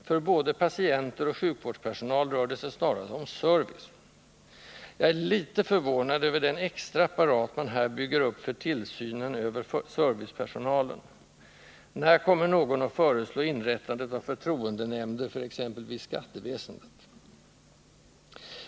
För både patienter och sjukvårdspersonal rör det sig snarare om ”service”. Jag är litet förvånad över den extra apparat man här bygger upp för tillsynen över servicepersonalen. När kommer någon att föreslå inrättandet av förtroendenämnder för exempelvis skatteväsendet?